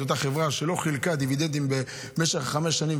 אותה חברה שלא חילקה דיווידנדים במשך חמש שנים,